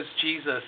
Jesus